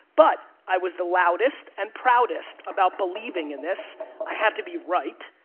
but, i was the loudest and proudest about believing in this. i had to be right.